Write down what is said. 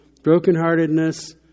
brokenheartedness